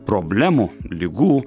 problemų ligų